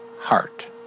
Heart